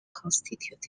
constituted